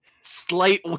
Slight